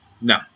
No